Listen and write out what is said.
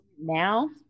now